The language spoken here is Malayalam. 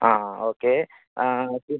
ആ ഓക്കെ പി